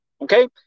Okay